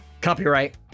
Copyright